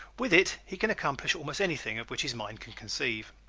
with it he can accomplish almost anything of which his mind can conceive.